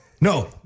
No